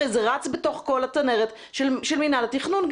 הרי זה רץ בתוך כל הצנרת של מינהל התכנון.